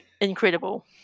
incredible